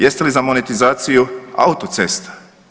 Jeste li za monetizaciju autocesta?